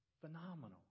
Phenomenal